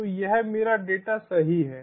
तो यह मेरा डेटा सही है